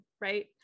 right